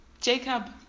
Jacob